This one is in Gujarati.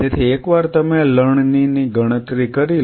તેથી એકવાર તમે લણણીની ગણતરી કરી લો